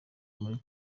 muri